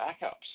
backups